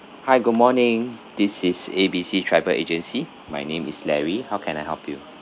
hi good morning this is A B C travel agency my name is larry how can I help you